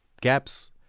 gaps